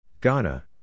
Ghana